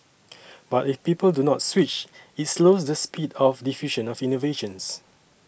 but if people do not switch it slows the speed of diffusion of innovations